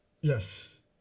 yes